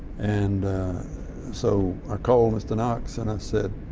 and so i called mr. knox and i said,